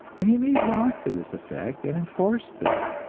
and he made laws to this effect and enforced them.